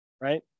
Right